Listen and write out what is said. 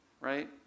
right